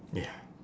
ya